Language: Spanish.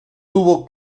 tuvo